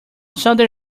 sunday